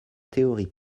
théorie